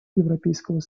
европейского